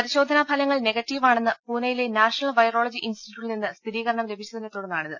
പരിശോധനാ ഫലങ്ങൾ നെഗറ്റീവാണെന്ന് പൂനെയിലെ നാഷണൽ വൈറോളജി ഇൻസ്റ്റിറ്റ്യൂട്ടിൽ നിന്ന് സ്ഥിരീകരണം ലഭിച്ചതിനെ തുടർന്നാണിത്